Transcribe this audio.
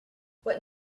what